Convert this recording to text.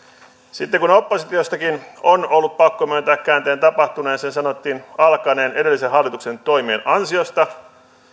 sitten kun oppositiostakin on ollut pakko myöntää käänteen tapahtuneen sen sanottiin alkaneen edellisen hallituksen toimien ansiosta